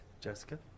Jessica